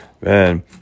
man